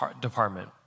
department